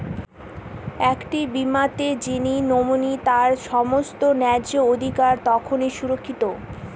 একটি বীমাতে যিনি নমিনি তার সমস্ত ন্যায্য অধিকার কতখানি সুরক্ষিত?